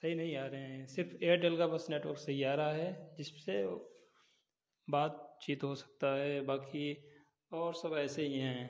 सही नहीं आ रहे हैं सिर्फ एयरटेल का बस नेटवर्क सही आ रहा है जिससे ओ बातचीत हो सकता है बाकी और सब ऐसे ही हैं